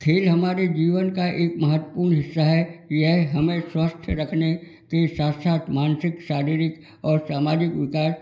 खेल हमारे जीवन का एक महत्वपूर्ण हिस्सा है यह हमें स्वस्थ रखने के साथ साथ मानसिक शारीरिक और सामाजिक विकास